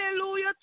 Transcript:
hallelujah